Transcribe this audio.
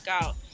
out